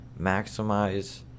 maximize